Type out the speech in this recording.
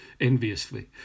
Enviously